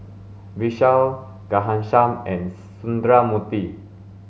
Vishal Ghanshyam and Sundramoorthy